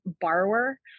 borrower